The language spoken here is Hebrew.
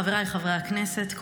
חבריי חברי הכנסת,